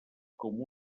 com